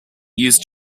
used